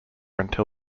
until